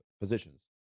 positions